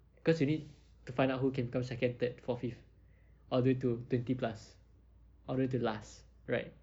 cause you need to find out who can come second third fourth fifth all the way to twenty plus all the way to the last right